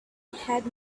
had